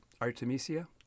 Artemisia